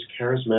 charismatic